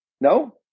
No